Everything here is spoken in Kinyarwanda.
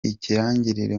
ikirangirire